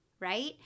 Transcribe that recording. Right